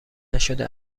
نشده